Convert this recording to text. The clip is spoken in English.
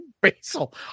basil